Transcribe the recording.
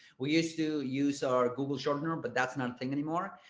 we used to use our google shortener but that's not a thing anymore.